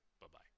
Bye-bye